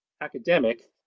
academic